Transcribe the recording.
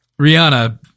Rihanna